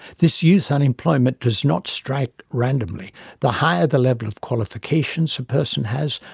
this youth unemployment does not strike randomly the higher the level of qualifications a person has,